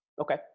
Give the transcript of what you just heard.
Okay